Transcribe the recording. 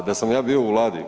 A da sam ja bio u Vladi?